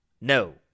No